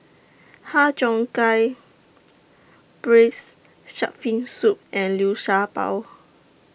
Har Cheong Gai Braised Shark Fin Soup and Liu Sha Bao